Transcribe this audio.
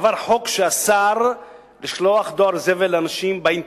עבר חוק שאסר לשלוח דואר זבל לאנשים באינטרנט,